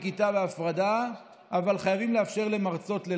ללמוד בכיתה בהפרדה אבל חייבים לאפשר למרצות,